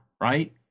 Right